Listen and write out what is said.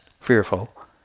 fearful